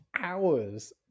hours